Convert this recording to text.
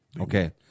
Okay